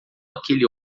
aquele